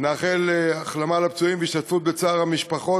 נאחל החלמה לפצועים והשתתפות בצער המשפחות,